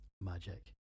Magic